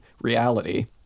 reality